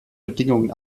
bedingungen